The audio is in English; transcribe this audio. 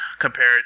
compared